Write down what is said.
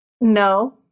No